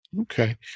Okay